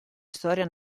storia